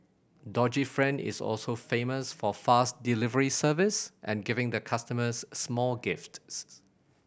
doggy friend is also famous for fast delivery service and giving the customers small gifts